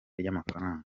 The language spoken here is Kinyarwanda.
ry’amafaranga